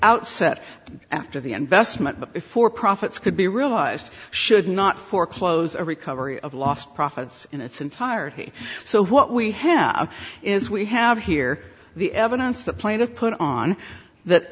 outset after the investment before profits could be realized should not foreclose a recovery of lost profits in its entirety so what we have is we have here the evidence the plaintive put on that